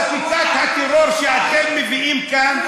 וחוץ מזה, בשיטת חקיקת הטרור שאתם מביאים כאן,